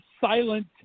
silent